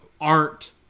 art